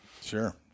Sure